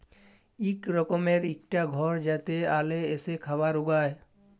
ইক রকমের ইকটা ঘর যাতে আল এসে খাবার উগায়